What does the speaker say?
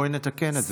בואי נתקן את זה.